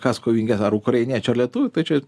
kas kovingesnė ar ukrainiečių ar lietuvių tai čia